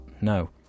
No